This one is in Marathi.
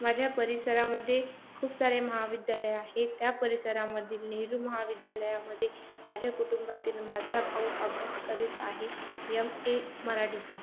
माझ्या परिसरामध्ये खूप सारे महाविद्यालये आहे त्या परिसरामधील नेहरू महाविद्यालयामधे माझ्या कुटुंबातील माझा भाऊ अभ्यास करीत आहे एम ए मराठीचा